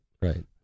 Right